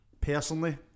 personally